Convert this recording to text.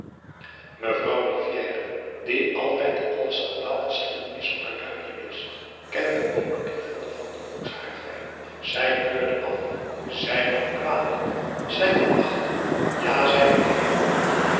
mevrouw rivière die altijd alle schandaalgeschiedenissen op haar duimpje wist kende ook die van de van den broek's haarfijn zij keurde af zij nam kwalijk zij verachtte ja zij begreep niet